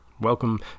Welcome